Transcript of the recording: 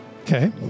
Okay